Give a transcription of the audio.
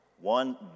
one